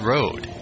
Road